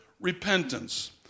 repentance